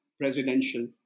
presidential